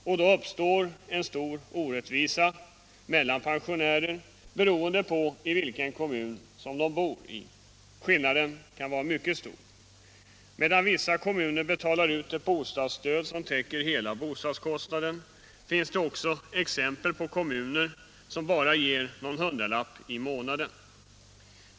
Och då uppstår en stor orättvisa mellan pensionärer, beroende på i vilken kommun som de bor i — skillnaden kan vara mycket stor. Medan vissa kommuner betalar ut ett bostadsstöd som täcker hela bostadskostnaden finns det också exempel på kommuner, som bara ger någon hundralapp i månaden.